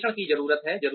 विश्लेषण की ज़रूरत है